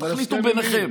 תחליטו ביניכם.